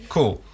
Cool